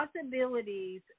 possibilities